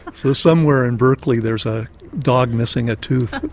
so somewhere in berkeley there's a dog missing a tooth.